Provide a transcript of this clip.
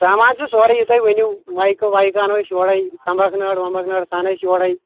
سامان چھُ سورُے یہِ تُہۍ ؤنِو مایکہٕ وایکہٕ اَنو أسۍ یورٕے تُمبکنٲر وُمبکنٲر سۄ اَنو أسۍ یورٕے